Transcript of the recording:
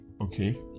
okay